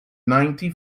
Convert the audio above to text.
ninety